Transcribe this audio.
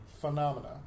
phenomena